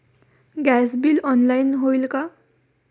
Gas bill online होईल का?